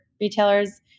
retailers